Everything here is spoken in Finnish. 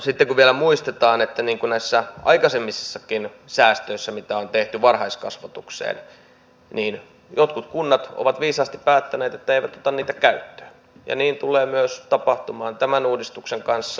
muistetaan vielä että aikaisemmistakin säästöistä mitä on tehty varhaiskasvatukseen jotkut kunnat ovat viisaasti päättäneet että eivät ota niitä käyttöön ja niin tulee tapahtumaan myös tämän uudistuksen kanssa